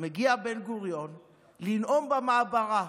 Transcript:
ומגיע בן-גוריון לנאום במעברה.